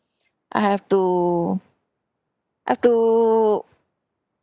I have to I've to